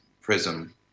prism